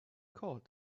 called